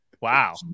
wow